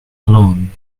alone